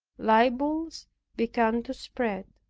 libels began to spread.